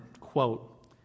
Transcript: quote